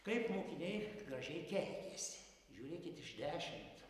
kaip mokiniai gražiai keikiasi žiūrėkit iš dešimt